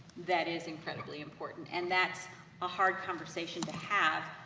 that is incredibly important, and that's a hard conversation to have,